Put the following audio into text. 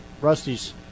Rusty's